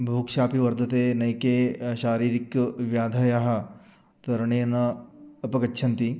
बुभुक्षापि वर्तते नैके शारीरिकाः व्याधयः तरणेन अपगच्छन्ति